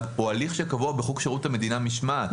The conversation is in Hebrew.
הוא הליך שקבוע בחוק שירות המדינה (משמעת).